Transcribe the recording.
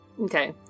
Okay